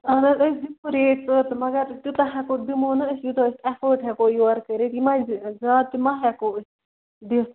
اہن حظ أسۍ دِمو ریٹ ژٔر تہٕ مگر تیٛوتاہ ہیٚکو دِمو نہٕ أسۍ یوٗتاہ أسۍ ایٚفٲرڈ ہیٚکو یورٕ کٔرِتھ یِہِ ما زیادٕ تہِ ما ہیٚکو أسۍ دِتھ